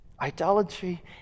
Idolatry